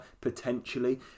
potentially